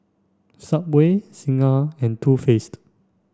Subway Singha and Too Faced